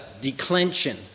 declension